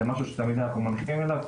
זה משהו שתמיד אנחנו מנחים אליו,